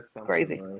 Crazy